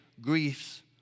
griefs